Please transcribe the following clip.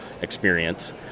experience